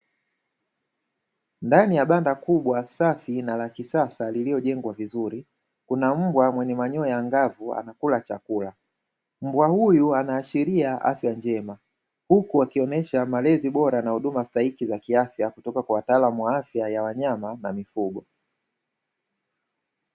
Ndani ya banda kubwa safi na la kisasa lililojengwa vizuri, kuna mbwa mwenye manyoya angavu anakula chakula. Mbwa huyu anaashiria afya njema huku akionyesha malezi bora na huduma stahiki za kiafya kutoka kwa wataalamu wa afya ya wanyama na mifugo.